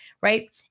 Right